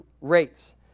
rates